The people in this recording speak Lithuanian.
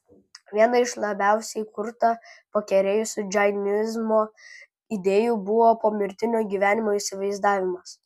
viena iš labiausiai kurtą pakerėjusių džainizmo idėjų buvo pomirtinio gyvenimo įsivaizdavimas